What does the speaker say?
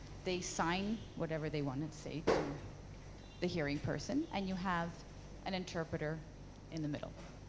they sign whatever they want to say to the hearing person and you have an interpreter in the middle.